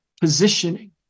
positioning